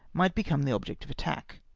might become the object of attack.